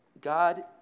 God